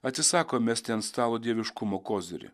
atsisako mesti ant stalo dieviškumo kozirį